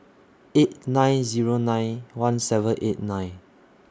eight nine Zero nine one seven eight nine